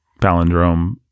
palindrome